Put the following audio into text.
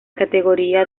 categoría